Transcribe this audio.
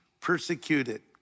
persecuted